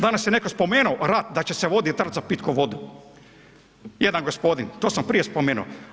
Danas je netko spomenuo rat da će se voditi rat za pitku vodu, jedan gospodin, to sam prije spomenuo.